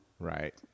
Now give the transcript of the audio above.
Right